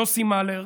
יוסי מלר,